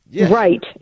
Right